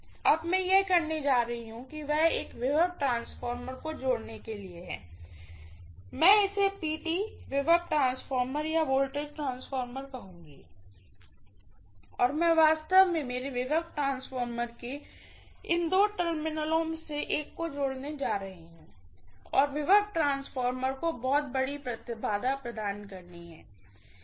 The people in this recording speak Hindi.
अब मैं जो करने जा रही हूँ वह एक वोल्टेज ट्रांसफार्मर को जोड़ने के लिए है मैं इसे PT वोल्टेज ट्रांसफार्मर या वोल्टेज ट्रांसफार्मर कहूँगी और मैं वास्तव में मेरे वोल्टेज ट्रांसफार्मर के इन दो टर्मिनलों में एक से जुड़ने जा रही हूँ और वोल्टेज ट्रांसफार्मर को बहुत बड़ी इम्पीडेन्स प्रदान करनी चाहिए